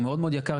הוא מאוד מאוד יקר,